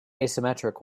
asymmetric